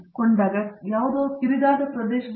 ಪತ್ರಕರ್ತನಂತೆ ಇವರು ಈಗ ಬಾಷೆ ಪದವಿಯೊಂದಿಗೆ ಸಂಯೋಜಿತರಾಗಿದ್ದಾರೆ